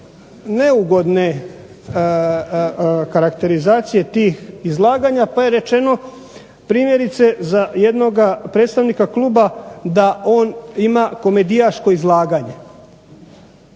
neugodne karakterizacije tih izlaganja, pa je rečeno primjerice za jednoga predstavnika kluba da on ima komedijaško izlaganje.